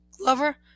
lover